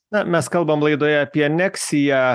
na mes kalbam laidoje apie aneksiją